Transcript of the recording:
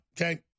okay